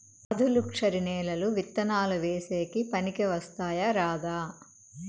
ఆధులుక్షరి నేలలు విత్తనాలు వేసేకి పనికి వస్తాయా రాదా?